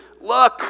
look